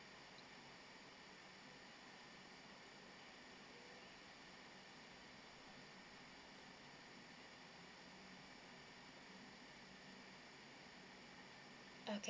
okay